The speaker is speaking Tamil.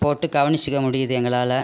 போட்டு கவனிச்சிக்க முடியுது எங்களால்